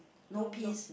no nope